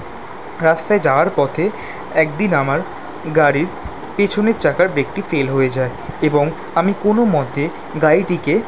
রাস্তায় যাওয়ার পথে একদিন আমার গাড়ির পেছনের চাকার ব্রেকটি ফেল হয়ে যায় এবং আমি কোনো মতে গাড়িটিকে